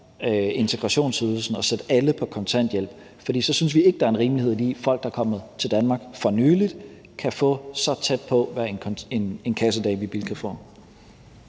integrationsydelsen og sætte alle på kontanthjælp, for vi synes ikke, at der er en rimelighed i, at folk, der er kommet til Danmark for nylig, kan få et beløb, der er så tæt på, hvad en kassedame i Bilka får.